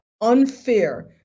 unfair